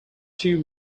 two